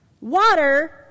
Water